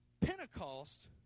Pentecost